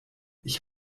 ich